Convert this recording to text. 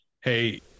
hey